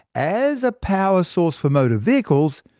as a power source for motor vehicles,